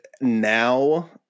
now